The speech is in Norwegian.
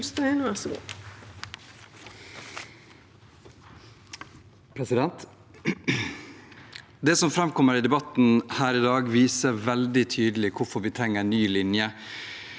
Det som fram- kommer i debatten her i dag, viser veldig tydelig hvorfor vi trenger en ny linje